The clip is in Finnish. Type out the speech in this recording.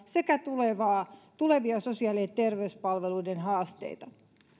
sekä tulevia sosiaali ja terveyspalveluiden haasteita